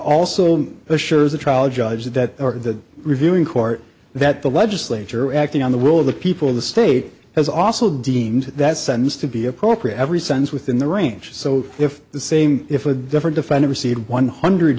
also assures the trial judge that the reviewing court that the legislature acting on the will of the people of the state has also deemed that sends to be appropriate every sense within the range so if the same if a different offender received one hundred